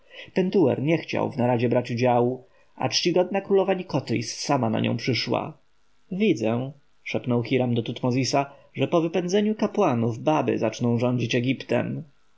pentuer nie chciał w naradzie brać udziału a czcigodna królowa nikotris sama na nią przyszła widzę szepnął hiram do tutmozisa że po wypędzeniu kapłanów baby zaczną rządzić egiptem